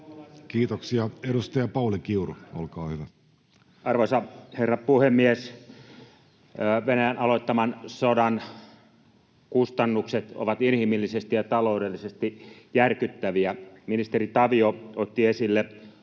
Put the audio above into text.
Kiitoksia. — Edustaja Pauli Kiuru, olkaa hyvä. Arvoisa herra puhemies! Venäjän aloittaman sodan kustannukset ovat inhimillisesti ja taloudellisesti järkyttäviä. Ministeri Tavio otti esille